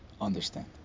understand